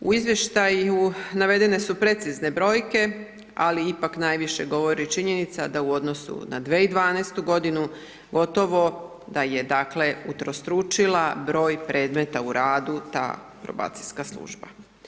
U izvještaju navedene su precizne brojke, ali ipak najviše govori činjenica da u odnosu na 2012. godinu gotovo da je dakle utrostručila broj predmeta u radu ta probacijska služba.